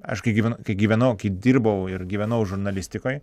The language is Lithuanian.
aš kai gyvenu kai gyvenau kai dirbau ir gyvenau žurnalistikoj